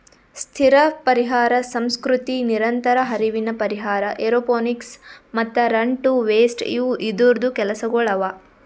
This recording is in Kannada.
ಸ್ಥಿರ ಪರಿಹಾರ ಸಂಸ್ಕೃತಿ, ನಿರಂತರ ಹರಿವಿನ ಪರಿಹಾರ, ಏರೋಪೋನಿಕ್ಸ್ ಮತ್ತ ರನ್ ಟು ವೇಸ್ಟ್ ಇವು ಇದೂರ್ದು ಕೆಲಸಗೊಳ್ ಅವಾ